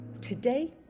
today